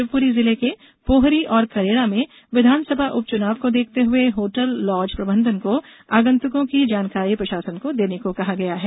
शिवपुरी जिले के पोहर और करेरा में विधानसभा उपचुनाव को देखते हुए होटल लॉज प्रबंधन को आगन्तुकों की जानकारी प्रशासन को देने को कहा गया है